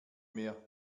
mehr